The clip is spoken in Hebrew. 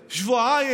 שבועיים